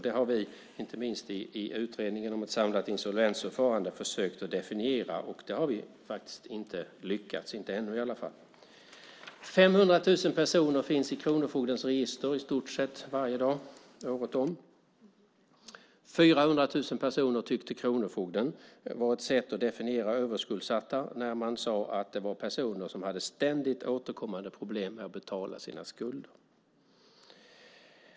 Det har vi inte minst i utredningen om ett samlat insolvensförfarande försökt definiera, men vi har faktiskt inte lyckats med det ännu. 500 000 personer finns i kronofogdens register i stort sett varje dag året om. 400 000 tyckte kronofogden var ett sätt att definiera överskuldsatta, när man sade att det var personer som hade ständigt återkommande problem med att betala sina skulder.